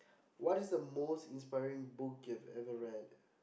what is the most inspiring book you've ever read